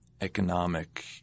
economic –